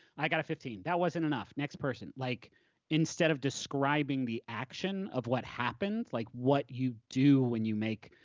i got a fifteen. that wasn't enough next person, like instead of describing the action of what happened, like what you do when you make.